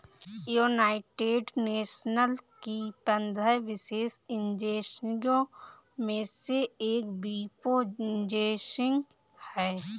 United Nations की पंद्रह विशेष एजेंसियों में से एक वीपो एजेंसी है